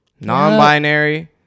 non-binary